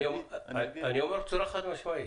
אני אומר בצורה חד-משמעית.